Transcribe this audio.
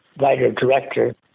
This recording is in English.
writer-director